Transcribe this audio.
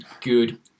Good